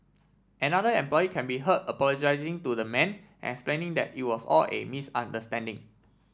another employee can be heard apologising to the man and explaining that it was all a misunderstanding